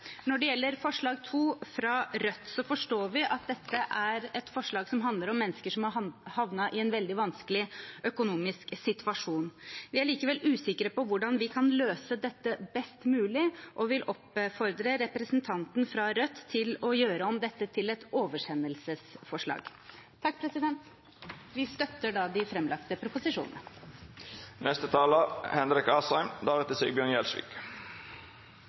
Når det gjelder forslag nr. 2, fra Rødt, forstår vi at dette er et forslag som handler om mennesker som har havnet i en veldig vanskelig økonomisk situasjon. Vi er likevel usikre på hvordan vi kan løse dette best mulig, og vil oppfordre representanten fra Rødt til å gjøre om dette til et oversendelsesforslag. Vi støtter da de